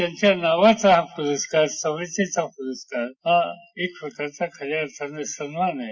त्यांच्या नावाचा पुरस्कार समतेचा पुरस्कार हा एक प्रकारचा खऱ्या अर्थानं सन्मान आहे